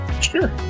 Sure